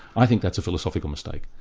i think that's a philosophical mistake.